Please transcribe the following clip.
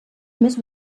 més